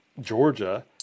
Georgia